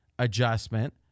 adjustment